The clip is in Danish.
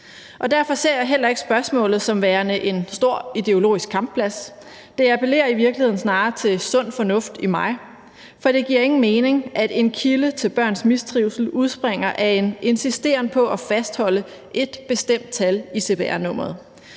Derfor ser jeg heller ikke spørgsmålet som værende en stor ideologisk kampplads. Det appellerer i virkeligheden snarere til sund fornuft i mig, for det giver ingen mening, at en kilde til børns mistrivsel udspringer af en insisteren på at fastholde et bestemt tal i cpr-nummeret.